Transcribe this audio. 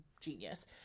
genius